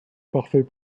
parfait